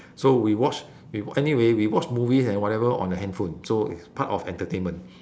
so we watch we wa~ anyway we watch movies and whatever on the handphone so it's part of entertainment